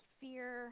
fear